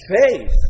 faith